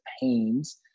pains